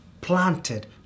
planted